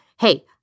hey